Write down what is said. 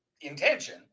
intention